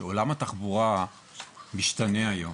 זה שעולם התחבורה משתנה היום.